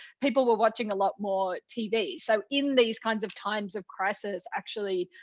people were watching a lot more tv. so in these kinds of times of crisis, actually,